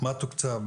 מה תוקצב,